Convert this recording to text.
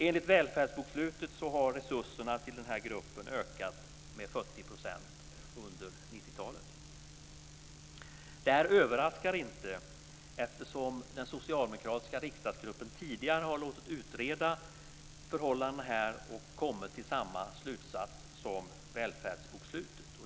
Enligt Välfärdsbokslutet har resurserna till denna grupp ökat med 40 % under 90-talet. Det överaskar inte, eftersom den socialdemokratiska riksdagsgruppen tidigare har låtit utreda förhållandena här och kommit till samma slutsats som Välfärdsbokslutet.